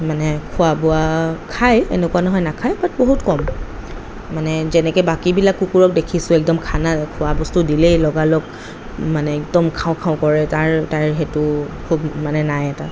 মানে খোৱা বোৱা খাই এনেকুৱা নহয় নাখায় বাট বহুত কম মানে যেনেকৈ বাকীবিলাক কুকুৰক দেখিছো একদম খানা খোৱা বস্তু দিলেই লগালগ মানে একদম খাওঁ খাওঁ কৰে তাৰ তাৰ সেইটো খুব মানে নাই এটা